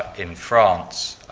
in france.